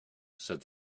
said